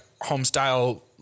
home-style